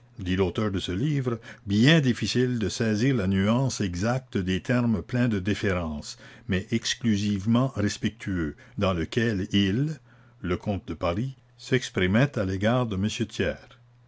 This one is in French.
dit l'auteur de ce livre bien difficile de saisir la nuance exacte des termes pleins de déférence mais exclusivement respectueux dans lequel il le comte de paris s'exprimait à l'égard de m thiers